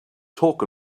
talk